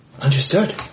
Understood